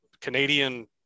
Canadian